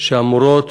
שאמורות